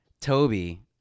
Toby